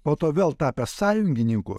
po to vėl tapęs sąjungininku